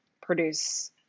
produce